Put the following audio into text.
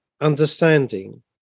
understanding